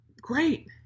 great